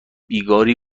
بیگاری